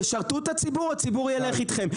תשרתו את הציבור - הציבור ילך איתכם,